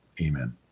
Amen